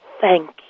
thank